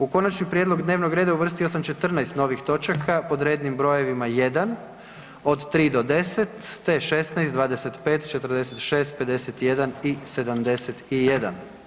U konačni prijedlog dnevnog reda uvrstio sam 14 novih točaka, pod rednim brojevima 1, od 3 do 10, te 16, 25, 46, 51 i 71.